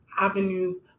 avenues